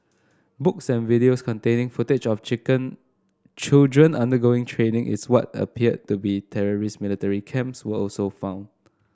books and videos containing footage of chicken children undergoing training is what appeared to be terrorist military camps were also found